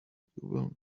will